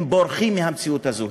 הם בורחים מהמציאות הזאת.